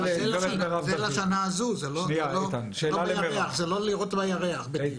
זה לשנה הזאת, זה לא לירות בירח.